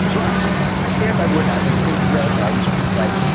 but i stand by woodhouse i've since read like like